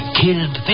killed